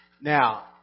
Now